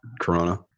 Corona